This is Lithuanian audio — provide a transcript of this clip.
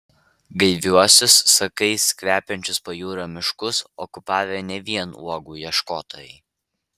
gaiviuosius sakais kvepiančius pajūrio miškus okupavę ne vien uogų ieškotojai